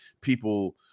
people